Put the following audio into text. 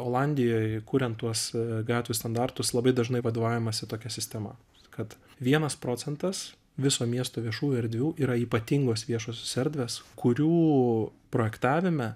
olandijoj kuriant tuos gatvių standartus labai dažnai vadovaujamasi tokia sistema kad vienas procentas viso miesto viešųjų erdvių yra ypatingos viešosios erdvės kurių projektavime